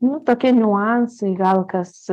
na tokie niuansai gal kas